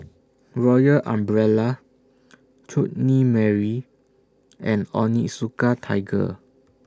Royal Umbrella Chutney Mary and Onitsuka Tiger